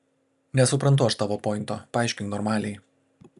nesuprantu aš tavo pointo paaiškink normaliai